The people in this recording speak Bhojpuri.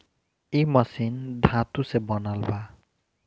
इ मशीन धातु से बनल बा